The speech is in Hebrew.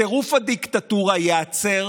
טירוף הדיקטטורה ייעצר